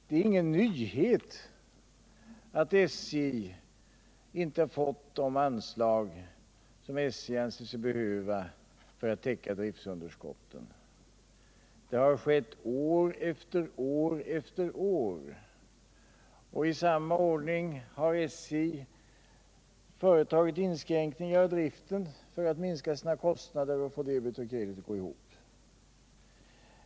Det är ingen nyhet att SJ inte har fått de anslag som SJ anser sig behöva för att täcka driftunderskotten. Så har det varit år efter år efter år. I samma ordning har SJ företagit inskränkningar i driften för att minska sina kostnader och få debet och kredit att gå ihop.